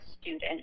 student